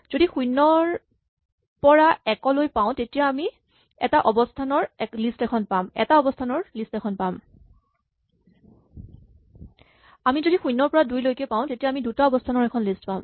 যদি শূণ্য ৰ পৰা একলৈ পাওঁ তেতিয়া আমি এটা অৱস্হানৰ লিষ্ট এখন পাম আমি যদি শূণ্যৰ পৰা দুইলৈ পাওঁ তেতিয়া আমি দুটা অৱস্হানৰ এখন লিষ্ট পাম